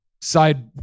Side